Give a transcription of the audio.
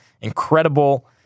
incredible